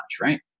right